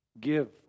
Give